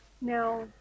Now